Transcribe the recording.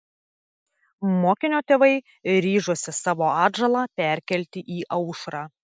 mokinio tėvai ryžosi savo atžalą perkelti į aušrą